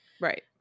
Right